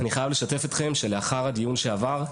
אני חייב לשתף אתכם שלאחר הדיון שעבר,